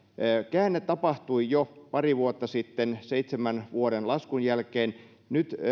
käänne tapahtui jo pari vuotta sitten seitsemän vuoden laskun jälkeen ja nyt